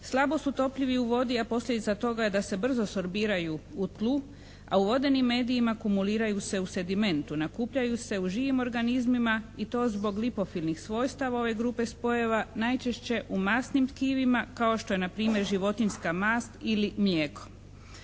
Slabo su topljivi u vodi, a posljedica toga je da se brzo sorbiraju u tlu, a u vodenim medijima kumuliraju se u sedimentu, nakupljaju se u živim organizmima i to zbog lipofilnih svojstava ove grupe spojeva najčešće u masnim tkivima kao što je npr. životinjska mast ili mlijeko.